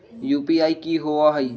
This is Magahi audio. यू.पी.आई कि होअ हई?